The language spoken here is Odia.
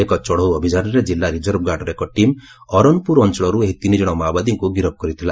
ଏକ ଚଢ଼ଉ ଅଭିଯାନରେ ଜିଲ୍ଲା ରିକର୍ଭ ଗାର୍ଡ଼ର ଏକ ଟିମ୍ ଅରନ୍ପୁର ଅଞ୍ଚଳରୁ ଏହି ତିନି ଜଣ ମାଓବାଦୀଙ୍କୁ ଗିରଫ୍ କରିଥିଲା